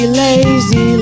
lazy